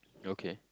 okay